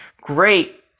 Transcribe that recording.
great